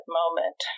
moment